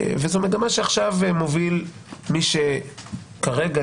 וזו מגמה שעכשיו מוביל מי שכרגע,